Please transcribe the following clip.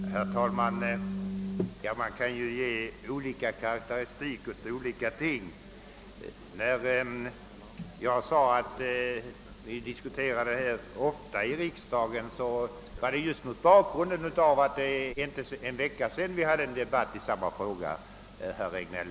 Herr talman! Man kan ju ge olika karakteristik åt olika ting. När jag sade att vi diskuterat frågan rätt ofta i riksdagen var det med tanke på att det inte ens gått en vecka sedan vi hade uppe just denna fråga.